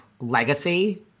legacy